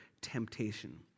temptation